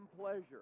pleasure